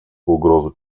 угрозу